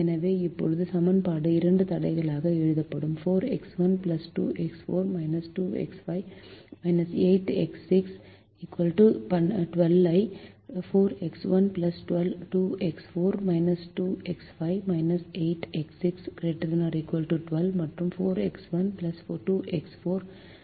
எனவே இப்போது சமன்பாடு இரண்டு தடைகளாக எழுதப்படும் 4X1 2X4 2X5 8X6 12 ஐ 4X1 2X4 2X5 8X6 ≥ 12 மற்றும் 4X1 2X4 2X5 8X6 ≤ 12